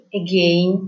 again